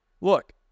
look